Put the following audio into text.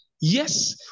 Yes